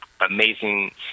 amazing